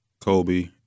Kobe